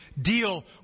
deal